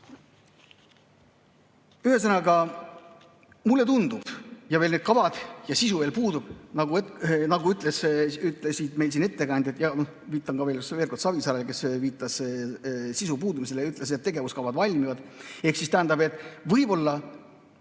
Ühesõnaga, need kavad ja sisu veel puuduvad, nagu ütlesid meil siin ettekandjad ja viitan veel kord Savisaarele, kes viitas sisu puudumisele ja ütles, et tegevuskavad valmivad. Ehk siis tähendab, et võib-olla,